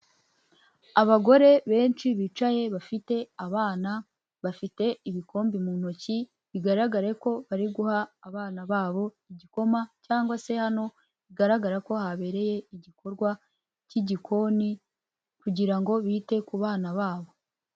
Abagore benshi bicaye bafite abana. Bafite ibikombe mu ntoki, bigaragare ko bari guha abana babo igikoma, cyangwa se hano, bigaragara ko habereye igikorwa cy'igikoni, kugira ngo bite ku bana babo.